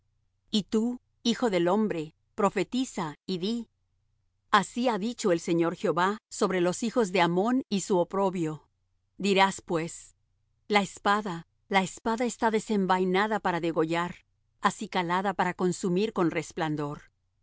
y tú hijo del hombre profetiza y di así ha dicho el señor jehová sobre los hijos de ammón y su oprobio dirás pues la espada la espada está desenvainada para degollar acicalada para consumir con resplandor